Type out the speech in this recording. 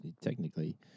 technically